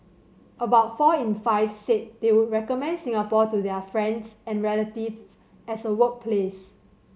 about four in five said they would recommend Singapore to their friends and relatives as a workplace